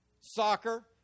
Soccer